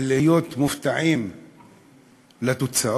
ולהיות מופתעים מהתוצאות.